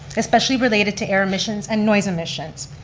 especially related to air emissions and noise emissions.